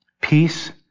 Peace